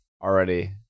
already